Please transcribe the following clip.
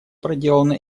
проделана